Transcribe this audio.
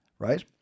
Right